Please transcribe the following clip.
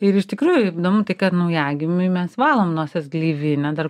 ir iš tikrųjų įdomu tai kad naujagimiui mes valom nosies gleivinę dar